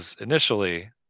initially